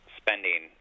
spending